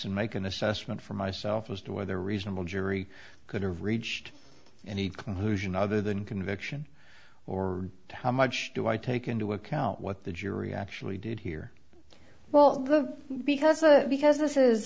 and make an assessment for myself as to whether a reasonable jury could have reached any conclusion other than conviction or how much do i take into account what the jury actually did hear well because a because this